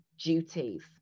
duties